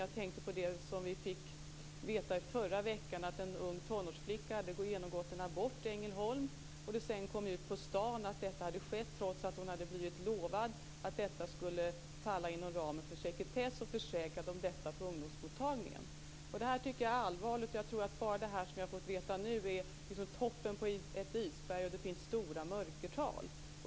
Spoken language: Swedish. Jag tänker på det som vi fick veta i förra veckan, att en ung tonårsflicka hade genomgått en abort i Ängelholm och det kom sedan ut på stan att detta hade skett, trots att hon på ungdomsmottagningen hade blivit försäkrad att detta skulle falla inom ramen för sekretess. Det här är allvarligt, och jag tror att bara det som vi har fått veta nu är toppen på ett isberg och att det finns stora mörkertal.